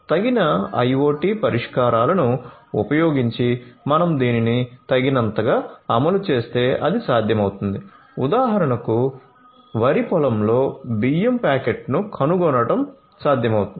తగిన ఐయోటి పరిష్కారాలను ఉపయోగించి మనం దీనిని తగినంతగా అమలు చేస్తే అది సాధ్యమవుతుంది ఉదాహరణకు వరి పొలంలో బియ్యం ప్యాకెట్ను కనుగొనడం సాధ్యమవుతుంది